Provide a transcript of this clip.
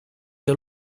dei